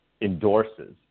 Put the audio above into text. endorses